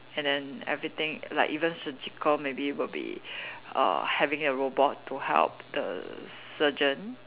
and then everything like even surgical maybe will be err having a robot to help the surgeon